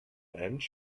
and